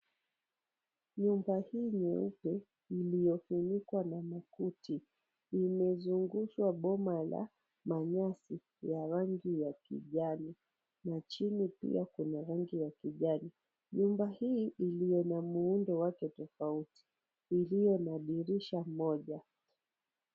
Nyumba hii nyeupe iliyofunikwa na makuti, imezungushwa boma la manyasi ya rangi ya kijani na chini pia kuna rangi ya kijani. Nyumba hii iliyo na muundo wake tofauti iliyo na dirisha moja.